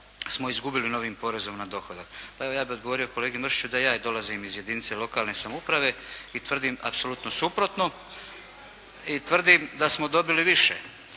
smo izgubili novim porezom na dohodak. Pa evo ja bih odgovorio kolegi Mršiću da i ja dolazim iz jedinice lokalne samouprave i tvrdim apsolutno suprotno i tvrdim da smo dobili više.